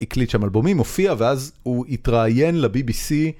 הקליט שם אלבומים, הופיע ואז הוא התראיין לבי בי סי.